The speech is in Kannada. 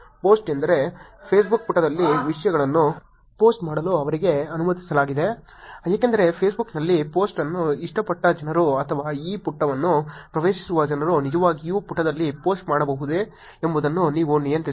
ಪೋಸ್ಟ್ ಎಂದರೆ ಫೇಸ್ಬುಕ್ ಪುಟದಲ್ಲಿ ವಿಷಯವನ್ನು ಪೋಸ್ಟ್ ಮಾಡಲು ಅವರಿಗೆ ಅನುಮತಿಸಲಾಗಿದೆಯೇ ಏಕೆಂದರೆ ಫೇಸ್ಬುಕ್ನಲ್ಲಿ ಪೋಸ್ಟ್ ಅನ್ನು ಇಷ್ಟಪಟ್ಟ ಜನರು ಅಥವಾ ಈ ಪುಟವನ್ನು ಪ್ರವೇಶಿಸುವ ಜನರು ನಿಜವಾಗಿಯೂ ಪುಟದಲ್ಲಿ ಪೋಸ್ಟ್ ಮಾಡಬಹುದೇ ಎಂಬುದನ್ನು ನೀವು ನಿಯಂತ್ರಿಸಬಹುದು